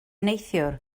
neithiwr